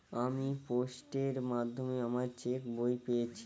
আমি পোস্টের মাধ্যমে আমার চেক বই পেয়েছি